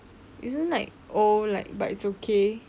isn't like old like but it's okay